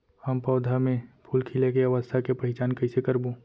हम पौधा मे फूल खिले के अवस्था के पहिचान कईसे करबो